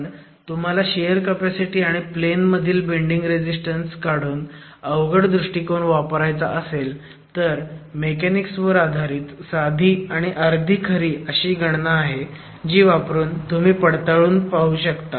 पण तुम्हाला shear capacity आणि प्लेन मधील बेंडिंग रेझीस्टन्स काढून अवघड दृष्टिकोन वापरणार असाल तर मेकॅनिक्स वर आधारित साधी आणि अर्धी खरी अशी गणना आहे जी वापरून तुम्ही हे पडताळू शकता